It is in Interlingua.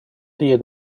die